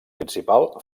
principal